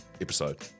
episode